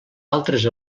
altres